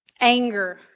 anger